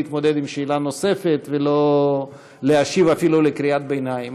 לא להתמודד עם שאלה נוספת ולא להשיב אפילו לקריאת ביניים.